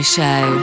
Show